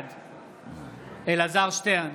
בעד אלעזר שטרן,